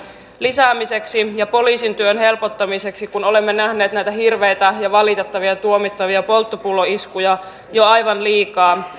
lisäämiseksi ja poliisin työn helpottamiseksi kun olemme nähneet näitä hirveitä valitettavia ja tuomittavia polttopulloiskuja jo aivan liikaa